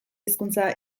hizkuntza